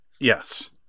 Yes